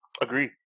agree